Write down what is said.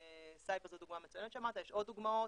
סייבר זו דוגמה מצוינת שאמרת, יש עוד דוגמאות.